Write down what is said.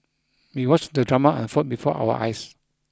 we watched the drama unfold before our eyes